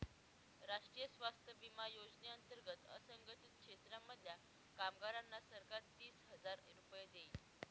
राष्ट्रीय स्वास्थ्य विमा योजने अंतर्गत असंघटित क्षेत्रांमधल्या कामगारांना सरकार तीस हजार रुपये देईल